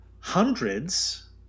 hundreds